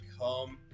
come